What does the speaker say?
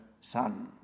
son